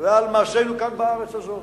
ועל מעשינו כאן בארץ הזאת,